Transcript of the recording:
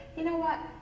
you know what,